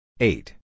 Eight